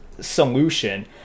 solution